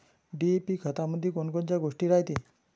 DAP खतामंदी कोनकोनच्या गोष्टी रायते?